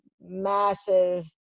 massive